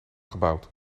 gebouwd